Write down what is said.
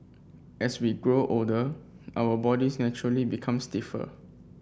as we grow older our bodies naturally become stiffer